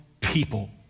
people